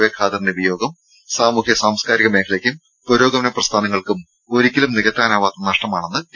A ഖാദറിന്റെ വിയോഗം സാമൂഹ്യ സാംസ്കാരിക മേഖലയ്ക്കും പുരോഗമന പ്രസ്ഥാനങ്ങൾക്കും ഒരിക്കലും നികത്താനാവാത്ത നഷ്ടമാണെന്ന് ടി